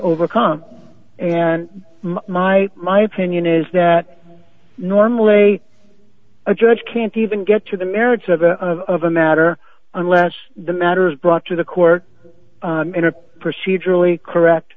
overcome and my my opinion is that normally a judge can't even get to the merits of the of a matter unless the matter is brought to the court in a procedurally correct